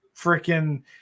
freaking